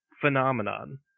phenomenon